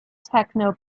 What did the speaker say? techno